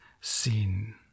sin